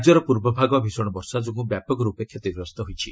ରାଜ୍ୟର ପୂର୍ବଭାଗ ଭୀଷଣ ବର୍ଷା ଯୋଗୁଁ ବ୍ୟାପକ ର୍ପେ କ୍ଷତିଗ୍ରସ୍ତ ହୋଇଛି